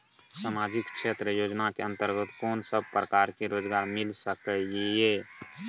सामाजिक क्षेत्र योजना के अंतर्गत कोन सब प्रकार के रोजगार मिल सके ये?